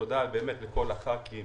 תודה לכל חברי הכנסת